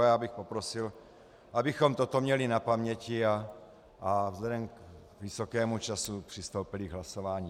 Já bych poprosil, abychom toto měli na paměti a vzhledem k vysokému času přistoupili k hlasování.